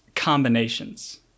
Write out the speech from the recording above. combinations